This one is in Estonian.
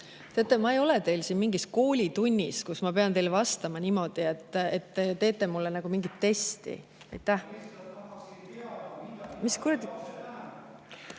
ma ei ole teil siin mingis koolitunnis, kus ma pean teile vastama ja teie teete mulle nagu mingit testi.